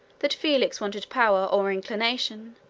that faelix wanted power, or inclination,